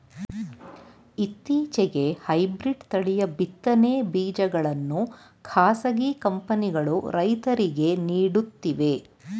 ಇತ್ತೀಚೆಗೆ ಹೈಬ್ರಿಡ್ ತಳಿಯ ಬಿತ್ತನೆ ಬೀಜಗಳನ್ನು ಖಾಸಗಿ ಕಂಪನಿಗಳು ರೈತರಿಗೆ ನೀಡುತ್ತಿವೆ